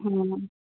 હમ